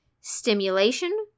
stimulation